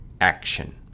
action